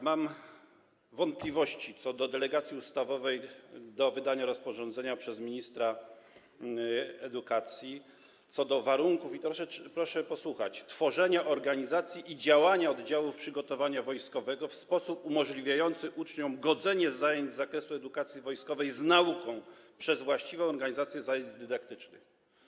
Mam wątpliwości co do delegacji ustawowej do wydania rozporządzenia przez ministra edukacji odnośnie do warunków, proszę posłuchać, tworzenia organizacji i działania oddziałów przygotowania wojskowego w sposób umożliwiający uczniom godzenie zajęć z zakresu edukacji wojskowej z nauką przez właściwą organizację zajęć dydaktycznych.